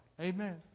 Amen